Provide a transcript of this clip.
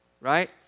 right